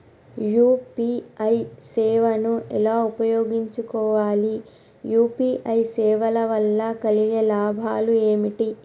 UPI సేవను ఎలా ఉపయోగించు కోవాలి? యూ.పీ.ఐ సేవల వల్ల కలిగే లాభాలు ఏమిటి?